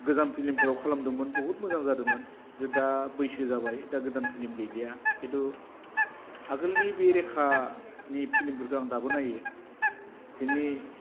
गोजाम फिल्मफोराव खालामदोंमोन बहुद मोजां जादोंमोन दा बैसो जाबाय दा गोदान फिल्म गैलिया खिन्थु आगोलनि बे रेखानि फिल्मफोरखौ आं दाबो नायो बिनि